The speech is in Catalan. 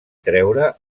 treure